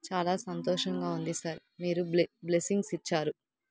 చాలా సంతోషంగా ఉంది సార్ మీరు బ్లెస్సింగ్స్ ఇచ్చారు